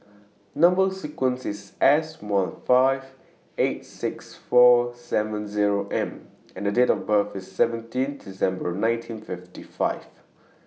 Number sequence IS S one five eight six four seven Zero M and Date of birth IS seventeen December nineteen fifty five